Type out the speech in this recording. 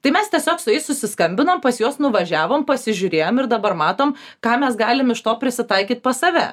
tai mes tiesiog su jais susiskambinom pas juos nuvažiavom pasižiūrėjom ir dabar matom ką mes galim iš to prisitaikyt pas save